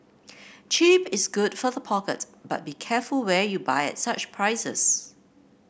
cheap is good for the pocket but be careful where you buy at such prices